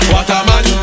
Waterman